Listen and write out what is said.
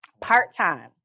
part-time